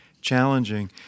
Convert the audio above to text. challenging